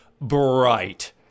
bright